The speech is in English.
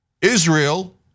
Israel